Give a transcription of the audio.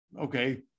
Okay